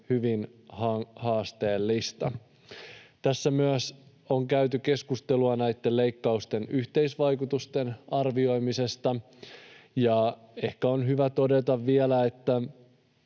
hyvin haasteellista. Tässä on käyty keskustelua myös näitten leikkausten yhteisvaikutusten arvioimisesta, ja ehkä on hyvä todeta vielä, että